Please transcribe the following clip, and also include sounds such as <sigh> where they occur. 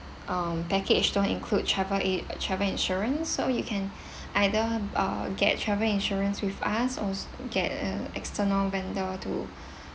um package don't include travel i~ travel insurance so you can <breath> either uh get travel insurance with us or s~ get a external vendor to <breath>